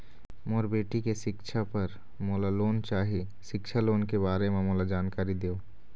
मोर बेटी के सिक्छा पर मोला लोन चाही सिक्छा लोन के बारे म मोला जानकारी देव?